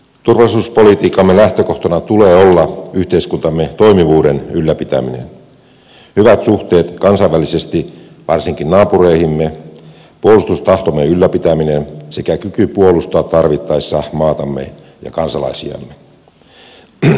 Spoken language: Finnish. turvallisuuspolitiikkamme lähtökohtana tulee olla yhteiskuntamme toimivuuden ylläpitäminen hyvät suhteet kansainvälisesti varsinkin naapureihimme puolustustahtomme ylläpitäminen sekä kyky puolustaa tarvittaessa maatamme ja kansalaisiamme